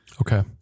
Okay